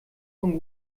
von